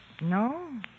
No